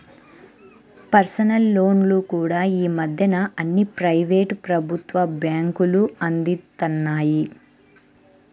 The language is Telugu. పర్సనల్ లోన్లు కూడా యీ మద్దెన అన్ని ప్రైవేటు, ప్రభుత్వ బ్యేంకులూ అందిత్తన్నాయి